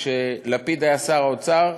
כשלפיד היה שר האוצר,